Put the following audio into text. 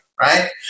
right